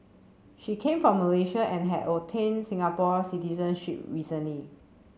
she came from Malaysia and had obtained Singapore citizenship recently